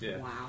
Wow